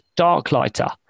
Darklighter